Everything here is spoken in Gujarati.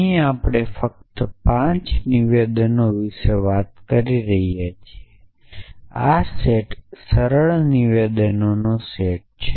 અહી આપણે ફક્ત 5 નિવેદનો વિશે વાત કરી રહ્યા છીએ આ સેટ સરળ નિવેદનનો સેટ છે